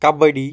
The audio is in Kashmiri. کَبَڈی